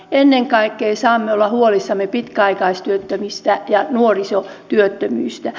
ennen kaikkea saamme olla huolissamme pitkäaikaistyöttömistä ja nuorisotyöttömistä